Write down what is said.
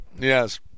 Yes